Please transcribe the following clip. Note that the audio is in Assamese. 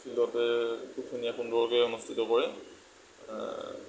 ফিল্ডতে খুব ধুনীয়া সুন্দৰকৈ অনুষ্ঠিত কৰে